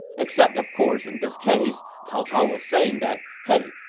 except, of course, in this case, cao cao was saying that, hey,